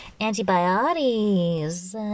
Antibiotics